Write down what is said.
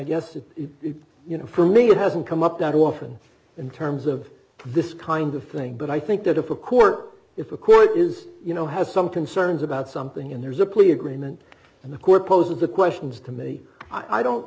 guess that it you know for me it hasn't come up that often in terms of this kind of thing but i think that if a court if a court is you know has some concerns about something and there's a plea agreement and the core pose of the questions to me i don't